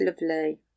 lovely